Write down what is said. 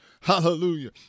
Hallelujah